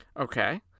Okay